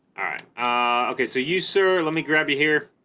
ah okay so you sir let me grab you here